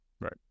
Right